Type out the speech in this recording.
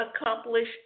accomplish